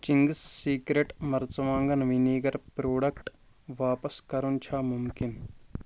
Ching's Secret مرژٕوانٛگن vinegar product واپس کَرُن چھا مُمکِن